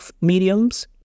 mediums